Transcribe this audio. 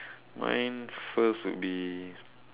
mine first would be